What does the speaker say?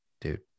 dude